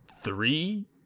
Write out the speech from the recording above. Three